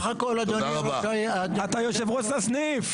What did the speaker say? אתה יושב ראש הסניף.